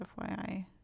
FYI